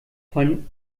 von